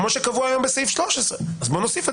כמו שקבעו היום בסעיף 13. בואו נוסיף את